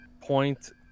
point